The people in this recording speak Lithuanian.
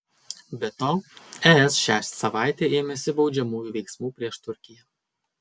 be to es šią savaitę ėmėsi baudžiamųjų veiksmų prieš turkiją